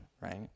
right